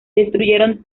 destruyeron